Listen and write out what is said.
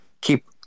keep